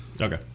Okay